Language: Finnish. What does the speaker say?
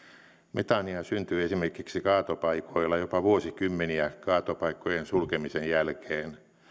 metaania syntyy esimerkiksi kaatopaikoilla jopa vuosikymmeniä kaatopaikkojen sulkemisen jälkeen